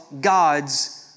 God's